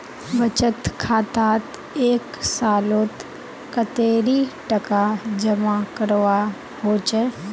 बचत खातात एक सालोत कतेरी टका जमा करवा होचए?